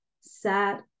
sad